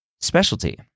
specialty